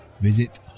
Visit